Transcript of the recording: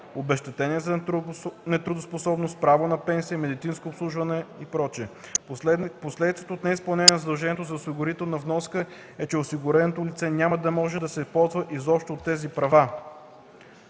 обезщетение за нетрудоспособност, право на пенсия, медицинско обслужване и така нататък. Последица от неизпълнението на задължението за осигурителна вноска е, че осигуреното лице няма да може да се ползва изобщо от тези права,